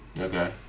Okay